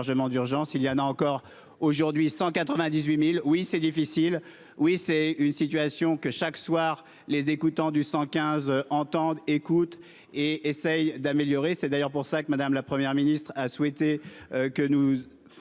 il y en a encore aujourd'hui 198.000. Oui, c'est difficile. Oui, c'est une situation que chaque soir les écoutants du 115, entende écoute et essaye d'améliorer, c'est d'ailleurs pour cela que madame, la Première ministre a souhaité que nous.